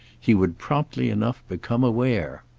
he would promptly enough become aware.